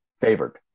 favored